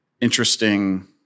interesting